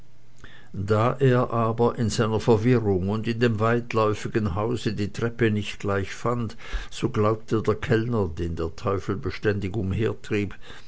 da er aber in seiner verwirrung und in dem weitläufigen hause die treppe nicht gleich fand so glaubte der kellner den der teufel beständig